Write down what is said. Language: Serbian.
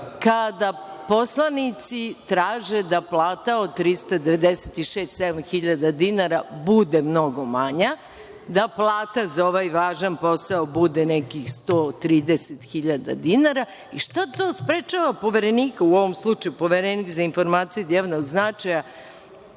kada poslanici traže da plata od 396 – 397 hiljada dinara bude mnogo manja, da plata za ovaj važan posao bude nekih 130 hiljada dinara, i šta to sprečava poverenika, u ovom slučaju je Poverenik za informacije od javnog značaja